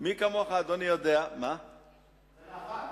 זה נפל.